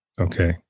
Okay